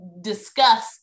discuss